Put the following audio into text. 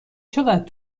چقدر